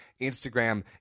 Instagram